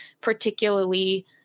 particularly